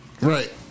Right